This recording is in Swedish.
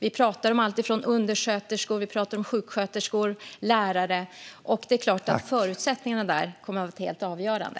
Vi talar om allt-ifrån undersköterskor och sjuksköterskor till lärare. Det är klart att förutsättningarna här kommer att vara helt avgörande.